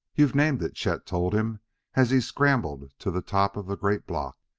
you've named it, chet told him as he scrambled to the top of a great block.